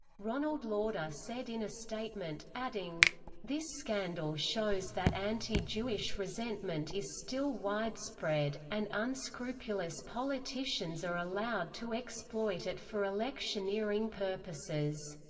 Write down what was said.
ronald lauder said in a statement, adding this scandal shows that anti-jewish resentment is still widespread, and unscrupulous politicians are allowed to exploit it for electioneering purposes.